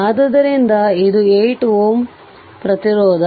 ಆದ್ದರಿಂದ ಇದು 8 Ω ಪ್ರತಿರೋಧ